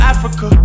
Africa